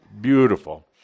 Beautiful